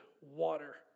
water